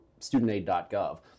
studentaid.gov